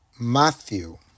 Matthew